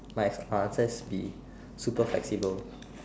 might as answer is be super flexible